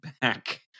back